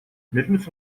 нулимс